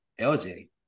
LJ